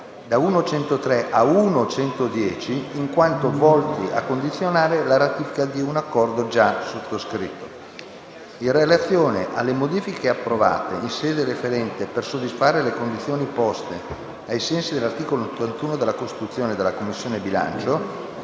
da 1.103 a 1.110, in quanto volti a condizionare la ratifica di un accordo già sottoscritto. In relazione alle modifiche approvate in sede referente per soddisfare le condizioni poste ai sensi dell'articolo 81 della Costituzione dalla Commissione bilancio,